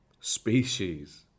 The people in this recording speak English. species